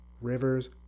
rivers